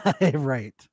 Right